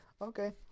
Okay